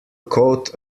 coat